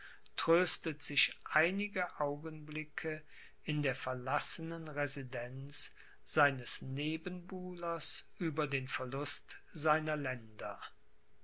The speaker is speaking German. tröstet sich einige augenblicke in der verlassenen residenz seines nebenbuhlers über den verlust seiner länder